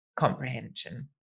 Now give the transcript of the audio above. comprehension